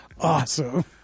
awesome